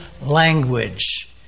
language